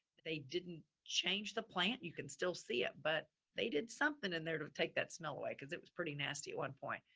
they didn't change the plant. you can still see it, but they did something in there to take that smell away cause it was pretty nasty at one point.